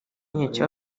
inkeke